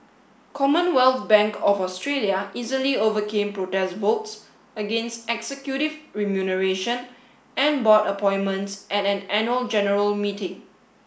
Commonwealth Bank of Australia easily overcame protest votes against executive remuneration and board appointments at an annual general meeting